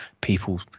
people